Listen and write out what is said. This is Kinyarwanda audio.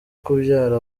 kubyara